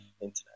internet